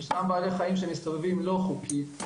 שם בעלי חיים שמסתובבים לא חוקית,